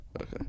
Okay